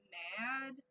mad